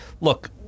look